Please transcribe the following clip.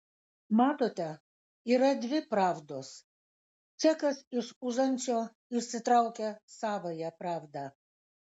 matote yra dvi pravdos čekas iš užančio išsitraukia savąją pravdą